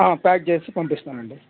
pack చేసి పంపిస్తాను అండి